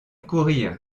courrir